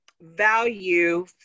value